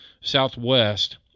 Southwest